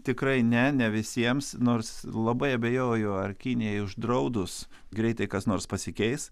tikrai ne ne visiems nors labai abejoju ar kinijai uždraudus greitai kas nors pasikeis